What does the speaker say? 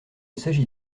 s’agit